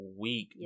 week